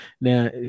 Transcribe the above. Now